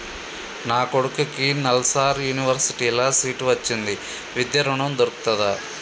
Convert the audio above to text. నా కొడుకుకి నల్సార్ యూనివర్సిటీ ల సీట్ వచ్చింది విద్య ఋణం దొర్కుతదా?